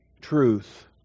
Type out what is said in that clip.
truth